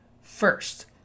first